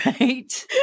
Right